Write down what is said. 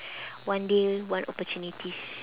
one day one opportunities